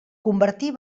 convertir